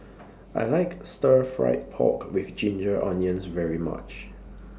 I like Stir Fried Pork with Ginger Onions very much